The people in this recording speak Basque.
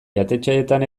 jatetxeetan